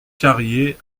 carriers